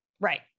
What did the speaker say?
Right